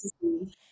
see